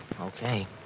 Okay